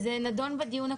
וזה נדון בדיון הקודם.